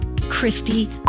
Christy